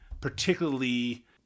particularly